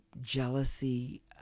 jealousy